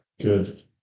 good